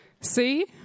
See